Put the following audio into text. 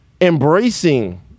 embracing